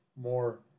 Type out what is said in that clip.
more